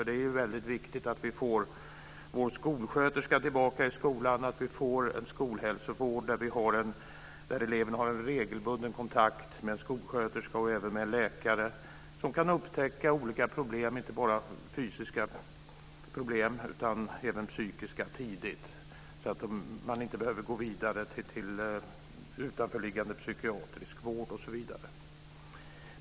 Det är viktigt att vi får tillbaka skolsköterskan i skolan och att vi får en skolhälsovård där eleven har en regelbunden kontakt med skolsköterska och med läkare som tidigt kan upptäcka olika problem - inte bara fysiska utan även psykiska - så att man inte behöver gå vidare till utanförliggande psykiatrisk vård osv.